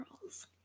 girls